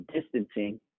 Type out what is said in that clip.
distancing